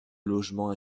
logement